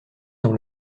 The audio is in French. dans